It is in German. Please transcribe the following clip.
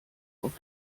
auf